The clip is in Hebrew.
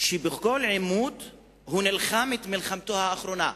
שבכל עימות הוא נלחם את מלחמתו האחרונה,